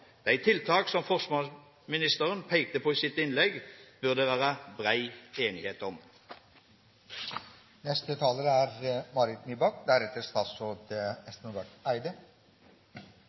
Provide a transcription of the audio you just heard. De tiltak som forsvarsministeren pekte på i sitt innlegg, bør det være bred enighet om.